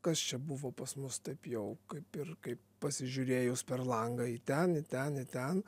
kas čia buvo pas mus taip jau kaip ir kaip pasižiūrėjus per langą į ten į ten į ten